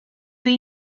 see